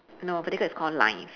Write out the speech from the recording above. no vertical is called lines